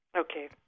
Okay